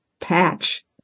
patch